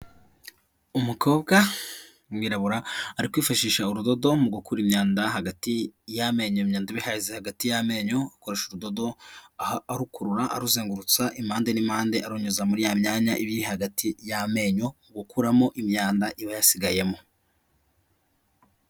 Umukobwa w'umwirabura, ari kwifashisha urudodo mu gukura imyanda hagati y'amenyo, imyanda iba ihagaze hagati y'amenyo, akoresha urudodo arukurura aruzengurutsa impande n'impande, anyuza muri ya myanya iba iri hagati y'amenyo, gukuramo imyanda iba yasigayemo.